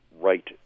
right